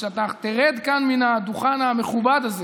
שכשאתה תרד כאן מן הדוכן המכובד הזה